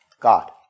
God